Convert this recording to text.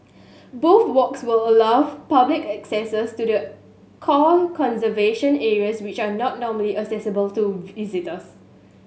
both walks will allow the public access to the core conservation areas which are not normally accessible to visitors